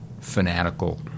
fanatical